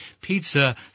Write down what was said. pizza